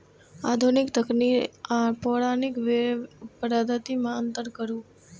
आधुनिक तकनीक आर पौराणिक पद्धति में अंतर करू?